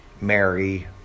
Mary